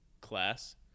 class